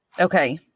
Okay